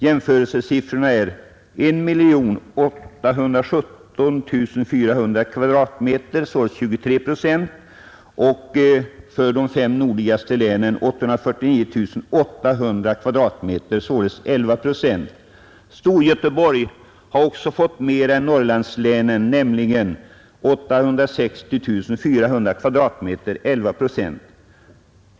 Jämförelsesiffrorna är 1 817 400 kvadratmeter, således 23 procent, och för de fem nordligaste länen 849 800 kvadratmeter, således 11 procent. Storgöteborg har också fått mer än Norrlandslänen, nämligen 860 400 kvadratmeter, alltså 11 procent.